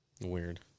weird